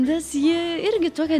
nes ji irgi tokia